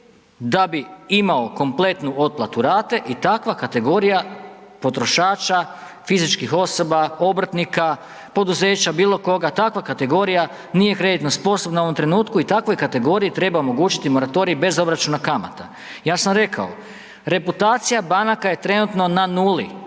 da bi imao kompletnu otplatu rate i takva kategorija potrošača fizičkih osoba, obrtnika, poduzeća, bilo koga, takva kategorija nije kreditno sposobna u ovom trenutku i takvoj kategoriji treba omogućiti moratorij bez obračuna kamata. Ja sam rekao, reputacija banaka je trenutno na nuli,